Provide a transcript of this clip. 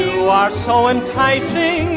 you are so enticing.